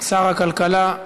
שר הכלכלה,